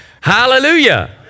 Hallelujah